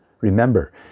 Remember